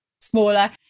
smaller